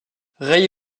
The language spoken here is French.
ray